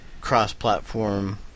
cross-platform